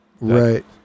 right